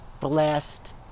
blessed